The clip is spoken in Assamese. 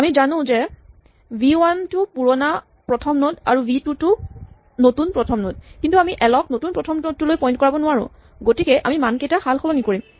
আমি জানো যে ভি ৱান টো পুৰণা প্ৰথম নড আৰু ভি টো নতুন প্ৰথম নড কিন্তু আমি এল ক নতুন প্ৰথম নড টোলৈ পইন্ট কৰাব নোৱাৰো গতিকে আমি মানকেইটাৰ সালসলনি কৰিম